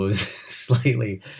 slightly